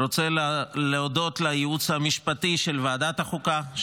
אני רוצה להודות לייעוץ המשפטי של ועדת החוקה,